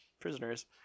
prisoners